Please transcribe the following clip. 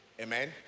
Amen